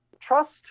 trust